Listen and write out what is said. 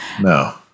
No